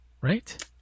Right